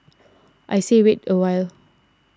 I say wait a while